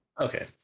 Okay